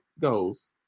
goes